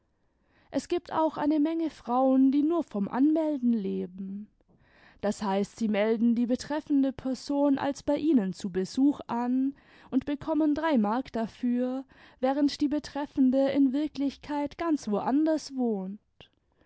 es gibt auch eine menge frauen die nur vom anmelden leben das heißt sie melden die betreffende person als bei ihnen zu besuch an und bekommen drei mark dafür während die betreffende in wirklichkeit ganz wo anders wohnt